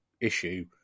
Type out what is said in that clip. issue